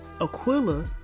Aquila